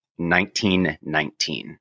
1919